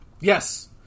Yes